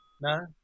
No